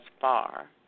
far